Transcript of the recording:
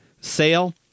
sale